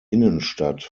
innenstadt